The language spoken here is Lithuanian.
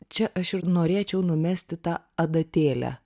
čia aš ir norėčiau numesti tą adatėlę